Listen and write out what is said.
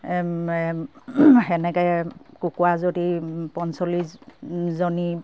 সেনেকে কুকুৰা যদি পঞ্চল্লিছজনী